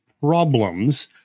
problems